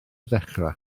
dechrau